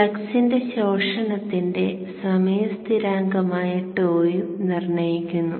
ഫ്ളക്സിന്റെ ശോഷണത്തിന്റെ സമയ സ്ഥിരാങ്കമായ tau യും നിർണ്ണയിക്കുന്നു